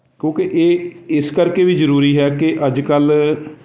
ਕਿਉਂਕਿ ਇਹ ਇਸ ਕਰਕੇ ਵੀ ਜ਼ਰੂਰੀ ਹੈ ਕਿ ਅੱਜ ਕੱਲ੍ਹ